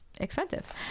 expensive